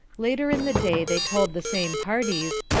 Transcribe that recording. later in the day they told the same parties,